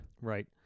Right